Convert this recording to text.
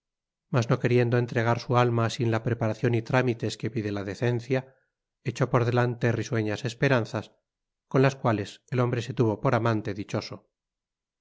mas no queriendo entregar su alma sin la preparación y trámites que pide la decencia echó por delante risueñas esperanzas con las cuales el hombre se tuvo por amante dichoso